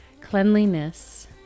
cleanliness